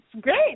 great